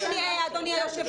אופרטיביים, אדוני היושב ראש.